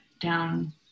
down